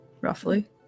Roughly